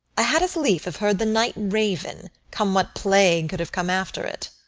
i had as lief have heard the night-raven, come what plague could have come after it.